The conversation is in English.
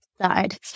side